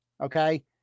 okay